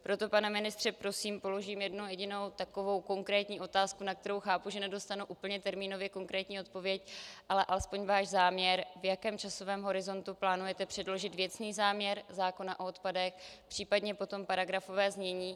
Proto, pane ministře, prosím, položím jednu jedinou takovou konkrétní otázku, na kterou chápu, že nedostanu úplně termínově konkrétní odpověď, ale alespoň váš záměr, v jakém časovém horizontu plánujete předložit věcný záměr zákona o odpadech, případně potom paragrafové znění.